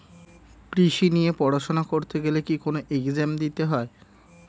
কৃষি নিয়ে পড়াশোনা করতে গেলে কি কোন এগজাম দিতে হয়?